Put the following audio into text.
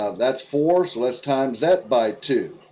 ah that's four so let's times that by two